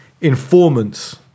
informants